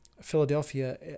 Philadelphia